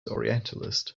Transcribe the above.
orientalist